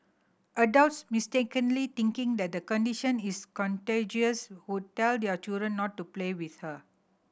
adults mistakenly thinking that the condition is contagious would tell their children not to play with her